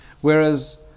Whereas